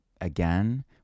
again